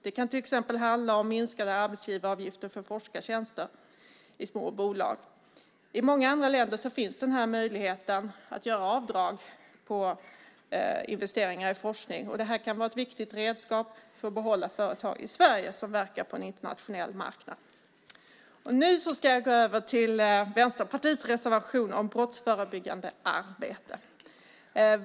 Det kan till exempel handla om minskade arbetsgivaravgifter för forskartjänster i små bolag. I många andra länder finns möjligheten att göra avdrag på investeringar i forskning. Det kan vara ett viktigt redskap för att behålla företag som verkar på en internationell marknad i Sverige. Nu ska jag gå över till Vänsterpartiets reservation om brottsförebyggande arbete.